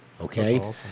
Okay